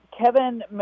Kevin